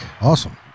Awesome